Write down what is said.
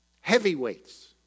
heavyweights